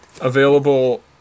Available